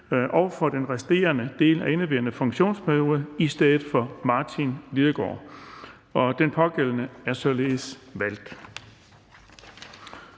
og for den resterende del af indeværende funktionsperiode i stedet for Martin Lidegaard. Den pågældende er således valgt.